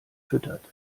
füttert